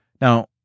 Now